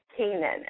Kanan